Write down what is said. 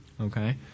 Okay